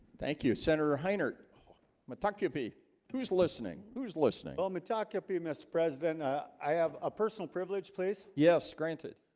thank you senator heiner matt ah kewpie who's listening who's listening well mitaka be mr. president i have a personal privilege place. yes, granted.